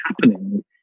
happening